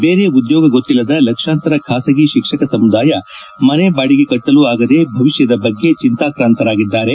ಬೇರೆ ಉದ್ಯೋಗ ಗೊತ್ತಿಲ್ಲದ ಲಕ್ಷಾಂತರ ಖಾಸಗಿ ಶಿಕ್ಷಕ ಸಮುದಾಯ ಮನೆ ಬಾಡಿಗೆ ಕಟ್ವಲೂ ಆಗದೆ ಭವಿಷ್ಯದ ಬಗ್ಗೆ ಚಿಂತಾಕ್ರಾಂತರಾಗಿದ್ದಾರೆ